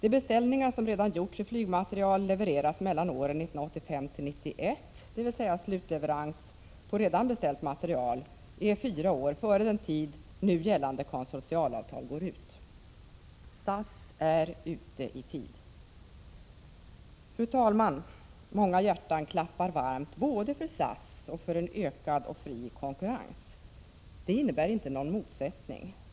De beställningar som redan gjortsi flygmateriel levereras mellan åren 1985 och 1991, dvs. slutleverans av redan beställd materiel sker fyra år före den tid då nu gällande konsortialavtal går ut. SAS är ute i tid. Fru talman! Många hjärtan klappar varmt både för SAS och för en ökad och fri konkurrens. Det innebär inte någon motsättning.